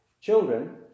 Children